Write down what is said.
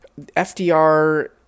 FDR